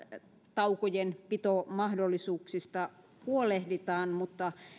taukojen pitomahdollisuuksistaan huolehditaan mutta